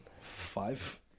Five